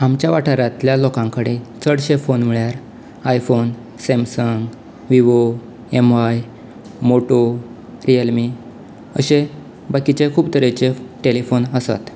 आमच्या वाठारांतल्या लोकां कडेन चडशें फोन म्हळ्यार iPhone Samsung Vivo Mi Moto Realme अशें बाकीचे खूब तरेचे टेलिफोन आसात